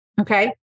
Okay